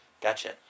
Gotcha